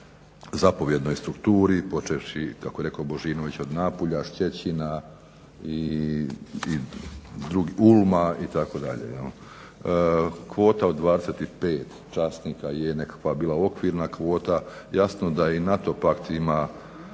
zapovjednoj strukturi počevši kako je rekao Božinović od Napulja, Ščećina i Ulma itd. Kvota od 25 časnika je bila nekakva okvirna kvota. Jasno da i NATO pakt ima